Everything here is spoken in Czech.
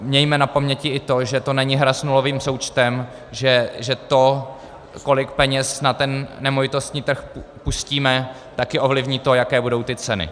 Mějme na paměti i to, že to není hra s nulovým součtem, že to, kolik peněz na ten nemovitostní trh pustíme, také ovlivní to, jaké budou ceny.